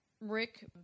rick